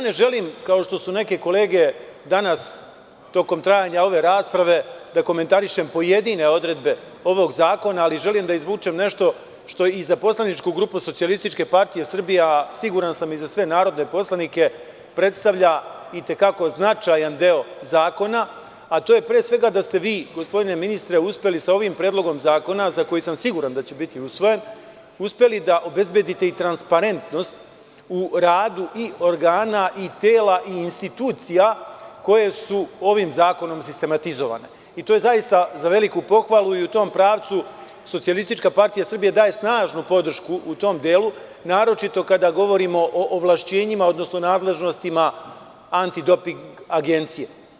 Ne želim kao što su neke kolege danas tokom trajanje ove rasprave, da komentarišem pojedine odredbe ovog zakona, ali želim da izvučem nešto što je za poslaničku grupu SPS, a siguran sam i za sve nas, predstavlja značajan deo zakona, a to je pre svega, da ste vi gospodine ministre, uspeli sa ovim predlogom zakona, za koji sam siguran da će biti usvojen, da obezbedite transparentnost u radu i organa i tela i institucija, koje su ovim zakonom sistematizovane i to je za veliku pohvalu i u tom pravcu SPS daje snažnu podršku u tom delu, naročito kada govorimo o ovlašćenjima, odnosno nadležnostima antidoping agencija.